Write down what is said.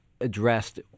addressed